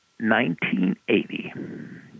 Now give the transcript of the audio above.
1980